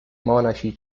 monaci